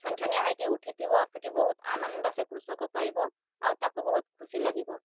ଛନଛନିଆ ହେଇକି ଉଠିଥିବ ସେଇଠି ବହୁତ ଆନନ୍ଦ ସେ କୃଷକ ପାଇବ ଆଉ ତାକୁ ବହୁତ ଖୁସି ଲାଗିବ